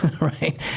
right